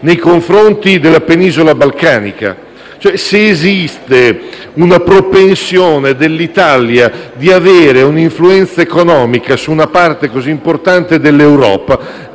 nei confronti della penisola balcanica. Se esiste una propensione dell'Italia ad avere un'influenza economica su una importante regione dell'Europa,